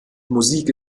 musik